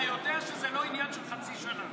אתה יודע שזה לא עניין של חצי שנה.